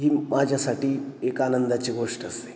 ही माझ्यासाठी एक आनंदाची गोष्ट असते